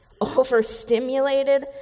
overstimulated